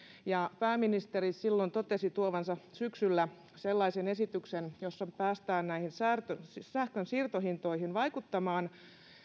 ja pääministeri silloin totesi tuovansa syksyllä sellaisen esityksen jossa päästään näihin sähkön sähkön siirtohintoihin vaikuttamaan